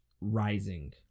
Rising